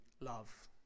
love